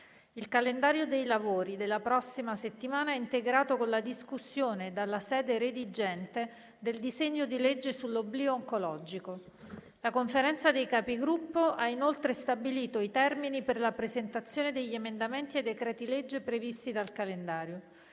Il calendario dei lavori della prossima settimana è integrato con la discussione, dalla sede redigente, del disegno di legge sull'oblio oncologico. La Conferenza dei Capigruppo ha inoltre stabilito i termini per la presentazione degli emendamenti ai decreti-legge previsti dal calendario.